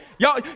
Y'all